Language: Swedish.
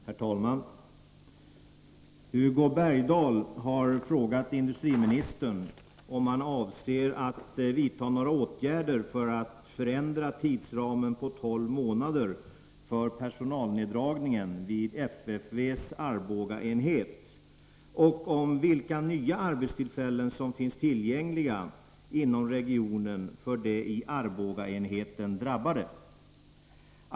Herr talman! Hugo Bergdahl har frågat industriministern om han avser att vidta några åtgärder för att förändra tidsramen på tolv månader för personalneddragningen vid FFV:s Arbogaenhet och om vilka nya arbetstillfällen som finns tillgängliga inom regionen för de i Arbogaenheten drabbade.